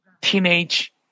teenage